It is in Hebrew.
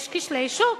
יש כשלי שוק.